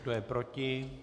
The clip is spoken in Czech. Kdo je proti?